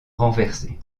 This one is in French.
renversés